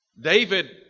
David